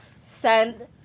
send